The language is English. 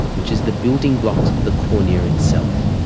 which is the building blocks of the cornea itself.